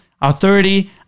Authority